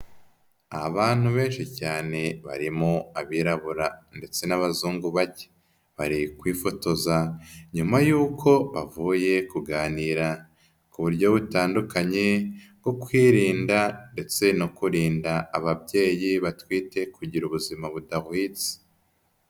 Abantu benshi cyane barimo abirabura ndetse n'abazungu bake, bari kwifotoza nyuma y'uko bavuye kuganira ku buryo butandukanye bwo kwirinda ndetse no kurinda ababyeyi batwite kugira ubuzima budahwitse.